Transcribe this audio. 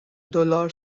دلار